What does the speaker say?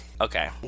Okay